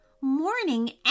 Morning